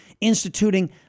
instituting